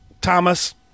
Thomas